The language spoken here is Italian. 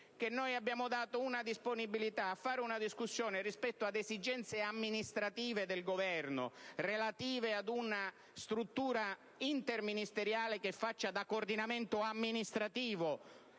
che noi abbiamo dato una disponibilità a svolgere una discussione rispetto ad esigenze amministrative del Governo relative ad una struttura interministeriale che faccia da coordinamento amministrativo